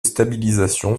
stabilisation